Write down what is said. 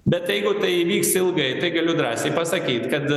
bet jeigu tai vyks ilgai tai galiu drąsiai pasakyt kad